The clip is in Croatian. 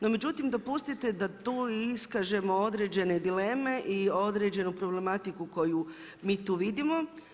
No, međutim dopustite da tu iskažemo određene dileme i određenu problematiku koju mi tu vidimo.